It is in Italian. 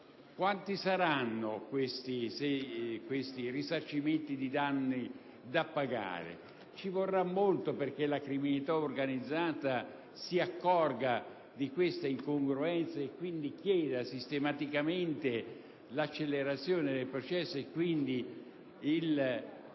quanti saranno i risarcimenti dei danni da pagare. Ci vorrà molto perché la criminalità organizzata si accorga di questa incongruenza e chieda sistematicamente l'accelerazione dei processi e, quindi,